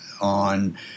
on